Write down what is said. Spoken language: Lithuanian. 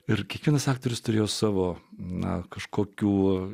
ir kiekvienas aktorius turėjo savo na kažkokių